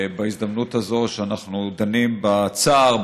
בהזדמנות הזו שאנחנו דנים בצער,